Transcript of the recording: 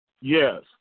Yes